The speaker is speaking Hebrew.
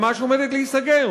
ממש עומדת להיסגר.